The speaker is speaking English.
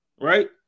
right